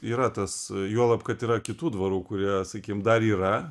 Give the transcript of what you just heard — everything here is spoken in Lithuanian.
yra tas juolab kad yra kitų dvarų kurie sakykim dar yra